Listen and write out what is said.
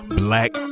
black